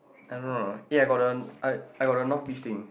I don't know yeah I got the I I got the north visiting